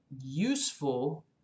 useful